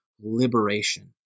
liberation